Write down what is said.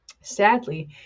Sadly